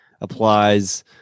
applies